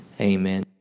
Amen